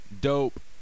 dope